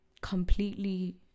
completely